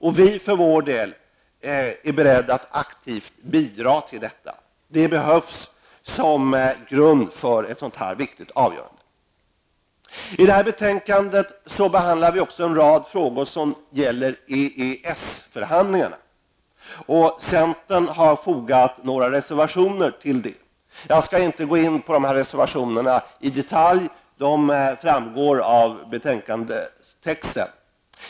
Vi i centerpartiet är beredda att aktivt bidra till detta. Det behövs som grund för ett sådant viktigt avgörande. I betänkandet behandlar vi också en rad frågor som gäller EES-förhandlingarna. Centern har fogat några reservationer till betänkandet. Jag skall inte gå in på reservationerna i detalj. Deras innehåll framgår av texten i betänkandet.